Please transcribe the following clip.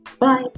bye